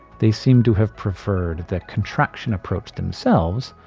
they seem to have preferred the contraction approach themselves,